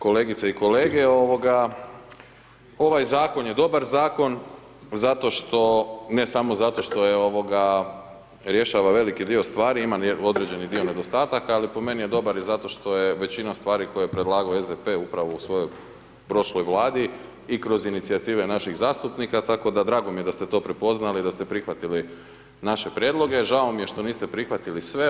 Kolegice i kolege, ovaj Zakon je dobar Zakon zato što, ne samo zato što je, ovoga, rješava veliki dio stvari, ima određeni dio nedostataka, ali po meni je dobar i zato što je većina stvari koje je predlagao SDP upravo u svojoj prošloj Vladi i kroz inicijative naših zastupnika, tako da, drago mi je da ste to prepoznali, da ste prihvatili naše prijedloge, žao mi je što niste prihvatili sve.